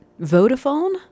Vodafone